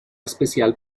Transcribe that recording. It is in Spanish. especial